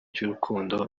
cy’urukundo